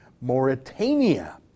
Mauritania